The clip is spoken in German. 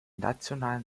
nationalen